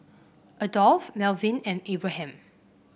Adolph Melvyn and Abraham